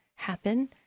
happen